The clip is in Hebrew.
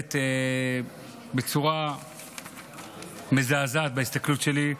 באמת בצורה מזעזעת, בהסתכלות שלי,